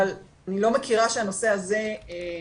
אבל אני לא מכירה שהנושא הזה,